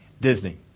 Disney